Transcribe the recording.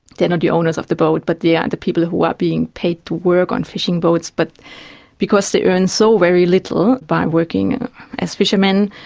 they are not the owners of the boat but they are the people who are being paid to work on fishing boats, but because they earn so very little by working as fishermen,